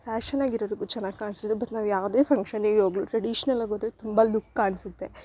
fashion ಆಗಿರೋರಿಗು ಚೆನ್ನಾಗ್ ಕಾಣ್ಸೋದು ಬಟ್ ನಾವು ಯಾವುದೇ ಫಂಕ್ಷನಿಗೆ ಹೋದರು ಟ್ರೆಡಿಷ್ನಲಾಗಿ ಹೋದರೆ ತುಂಬ ಲುಕ್ ಕಾಣಿಸುತ್ತೆ